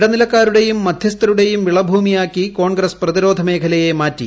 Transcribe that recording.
ഇടനിലക്കാരുടെയും മധ്യസ്ഥ്രുടെയും വിളഭൂമിയാക്കി കോൺഗ്രസ് പ്രതിരോധ മേഖലയെ മാറ്റി